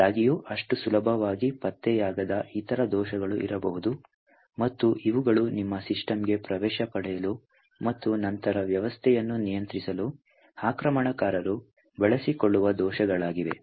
ಆದಾಗ್ಯೂ ಅಷ್ಟು ಸುಲಭವಾಗಿ ಪತ್ತೆಯಾಗದ ಇತರ ದೋಷಗಳು ಇರಬಹುದು ಮತ್ತು ಇವುಗಳು ನಿಮ್ಮ ಸಿಸ್ಟಮ್ಗೆ ಪ್ರವೇಶ ಪಡೆಯಲು ಮತ್ತು ನಂತರ ವ್ಯವಸ್ಥೆಯನ್ನು ನಿಯಂತ್ರಿಸಲು ಆಕ್ರಮಣಕಾರರು ಬಳಸಿಕೊಳ್ಳುವ ದೋಷಗಳಾಗಿವೆ